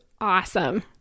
awesome